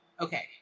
Okay